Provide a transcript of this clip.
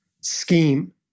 scheme